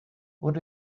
what